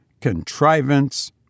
contrivance